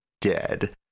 dead